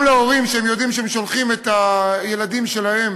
גם להורים שיודעים שהם שולחים את הילדים שלהם